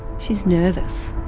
she's nervous.